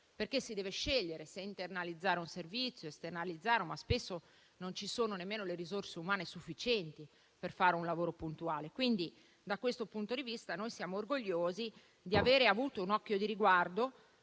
perché si deve scegliere se internalizzare il servizio o esternalizzarlo, ma spesso non ci sono nemmeno le risorse umane sufficienti per fare un lavoro puntuale. Quindi, da questo punto di vista, siamo orgogliosi di aver avuto un occhio di riguardo